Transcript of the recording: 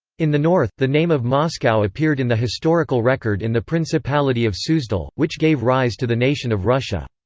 in the north, the name of moscow appeared in the historical record in the principality of suzdal, which gave rise to the nation of russia.